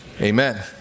amen